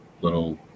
little